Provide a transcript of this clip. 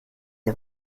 ihr